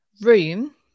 room